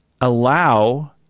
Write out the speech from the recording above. allow